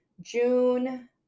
June